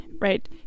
right